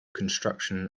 construction